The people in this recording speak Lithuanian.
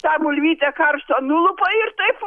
tą bulvytę karštą nulupa ir taip